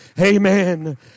Amen